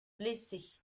blessés